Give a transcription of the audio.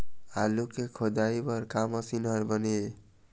आलू के खोदाई बर का मशीन हर बने ये?